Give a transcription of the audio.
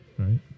right